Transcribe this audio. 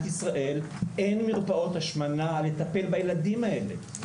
ישראל אין מרפאות השמנה לטפל בילדים האלה,